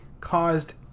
caused